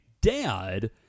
Dad